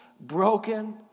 broken